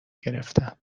گرفتم